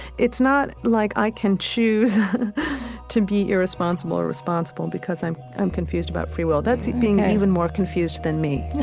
it's not like i can choose to be irresponsible or responsible because i'm i'm confused about free will ok that's being even more confused than me